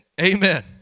Amen